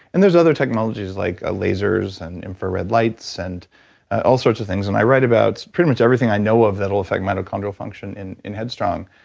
and there's other technologies like lasers and infrared lights and all sorts of things. and i write about pretty much everything i know of that will effect mitochondrial function in in head strong.